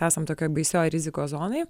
esam tokioj baisioj rizikos zonoj